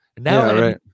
now